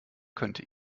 könnte